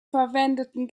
verwendeten